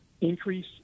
increase